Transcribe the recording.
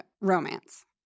romance